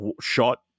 shot